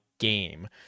game